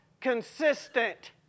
consistent